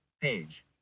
page